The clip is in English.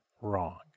wrong